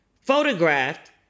photographed